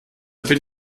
bin